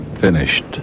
finished